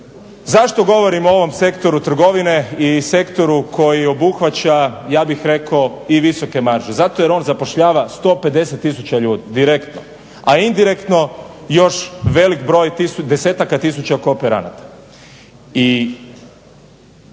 Zašto govorim o ovom sektoru trgovine i sektoru koji obuhvaća ja bih rekao i visoke marže? Zato jer on zapošljava 150 tisuća ljudi direktno, a indirektno još velik broj 10-aka tisuća kooperanata.